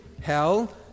hell